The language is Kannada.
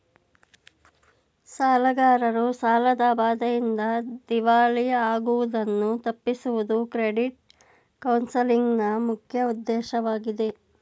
ಸಾಲಗಾರರು ಸಾಲದ ಬಾಧೆಯಿಂದ ದಿವಾಳಿ ಆಗುವುದನ್ನು ತಪ್ಪಿಸುವುದು ಕ್ರೆಡಿಟ್ ಕೌನ್ಸಲಿಂಗ್ ನ ಮುಖ್ಯ ಉದ್ದೇಶವಾಗಿದೆ